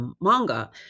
manga